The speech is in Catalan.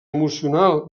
emocional